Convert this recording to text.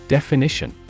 Definition